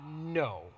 no